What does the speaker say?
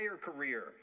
career